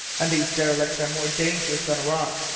and these derelicts are more dangerous than a rock,